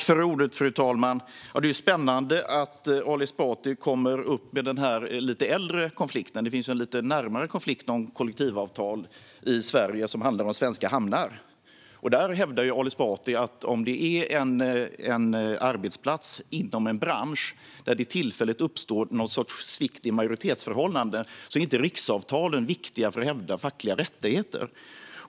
Fru talman! Det är spännande att Ali Esbati tar upp den lite äldre konflikten. Det finns en närmare konflikt om kollektivavtal i Sverige som handlar om svenska hamnar. Där hävdar Ali Esbati att om det är en arbetsplats inom en bransch där det tillfälligt uppstår något sorts svikt i majoritetsförhållanden är inte riksavtalen viktiga för att hävda fackliga rättigheter.